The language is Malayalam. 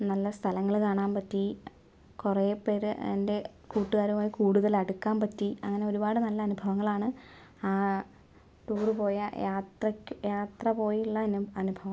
നല്ല സ്ഥലങ്ങൾ കാണാൻ പറ്റി കുറെ പേരെ എൻ്റെ കൂട്ടുകാരുമായി കൂടുതൽ അടുക്കാൻ പറ്റി അങ്ങനെ ഒരുപാട് നല്ല അനുഭവങ്ങളാണ് ആ ടൂർ പോയ യാത്രയ്ക്ക് യാത്ര പോയി ഉള്ള അനുഭവം